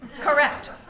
Correct